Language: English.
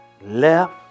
left